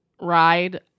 ride